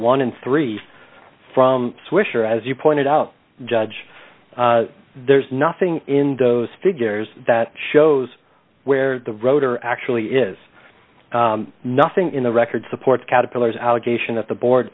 one and three from swisher as you pointed out judge there is nothing in those figures that shows where the rotor actually is nothing in the record supports caterpillars allegation of the board